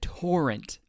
torrent